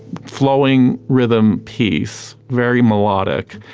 flowing rhythm piece, very melodic.